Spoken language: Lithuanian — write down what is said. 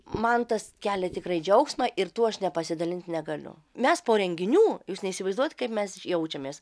man tas kelia tikrai džiaugsmą ir tuo aš nepasidalint negaliu mes po renginių jūs neįsivaizduojat kaip mes jaučiamės